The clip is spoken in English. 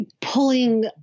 pulling